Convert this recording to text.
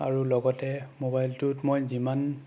আৰু লগতে মোবাইলটোত মই যিমান